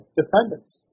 defendants